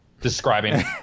describing